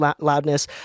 loudness